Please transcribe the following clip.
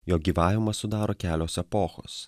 jo gyvavimą sudaro kelios epochos